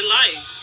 life